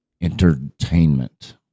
Entertainment